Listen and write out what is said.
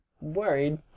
worried